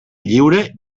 lliure